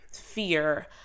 fear